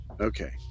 Okay